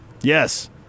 Yes